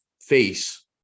face